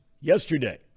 yesterday